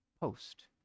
post